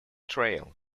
trail